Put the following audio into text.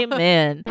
Amen